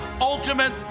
ultimate